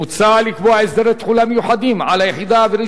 מוצע לקבוע הסדרי תחולה מיוחדים על היחידה האווירית